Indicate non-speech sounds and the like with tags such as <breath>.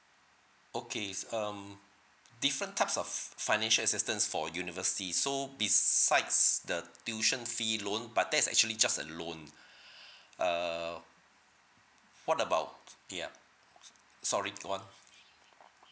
okay it's um different types of financial assistance for university so besides the tuition fee loan but that's actually just a loan <breath> uh what about the ap~ s~ sorry go on <noise>